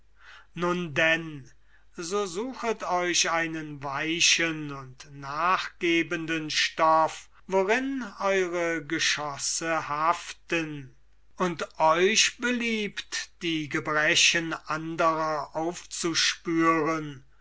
nun denn so suchet euch einen weichen und nachgebenden stoff worin eure geschosse haften und euch beliebt die gebrechen anderer aufzuspüren